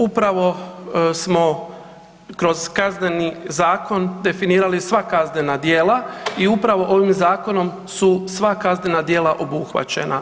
Upravo smo kroz Kazneni zakon definirali sva kaznena djela i upravo ovim zakonom su sva kaznena djela obuhvaćena.